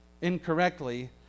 incorrectly